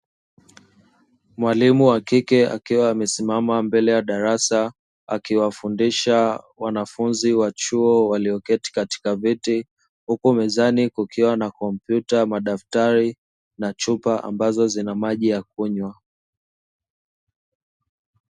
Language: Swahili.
Mwalimu wa kike akiwa amesimama mbele ya darasa akiwafundisha wanafunzi wa chuo walioketi katika viti, huku mezani kukiwa na kompyuta, madaftari na chupa ambazo zina maji ya kunywa.